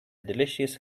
delicious